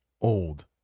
old